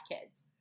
kids